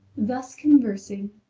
thus conversing,